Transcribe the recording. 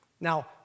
Now